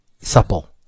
Supple